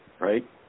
Right